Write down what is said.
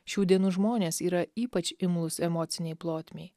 šių dienų žmonės yra ypač imlūs emocinei plotmei